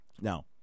Now